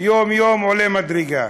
יום-יום עולה מדרגה.